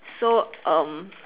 so um